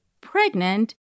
pregnant